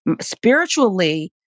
spiritually